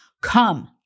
come